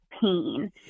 pain